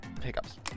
pickups